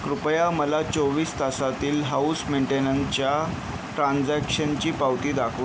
कृपया मला चोवीस तासातील हाऊस मेंटेननच्या ट्रान्जॅक्शनची पावती दाखव